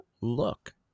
look